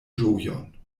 ĝojon